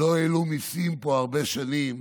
לא העלו פה מיסים הרבה שנים,